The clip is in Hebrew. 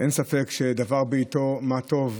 אין ספק שדבר בעיתו, מה טוב.